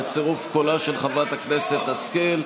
בצירוף קולה של חברת הכנסת השכל,